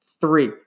Three